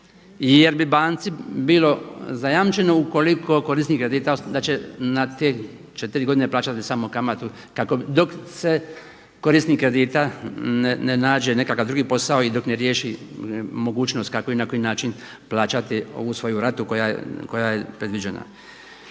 jer bi banci bilo zajamčeno ukoliko korisnik kredita da će na te 4 godine plaćati samo kamatu dok se korisnik kredita ne nađe nekakav drugi posao i dok ne riješi mogućnost kako i na koji način plaćati ovu svoju ratu koja je predviđena.